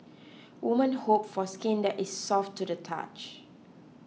women hope for skin that is soft to the touch